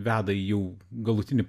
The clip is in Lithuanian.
veda į jau galutinį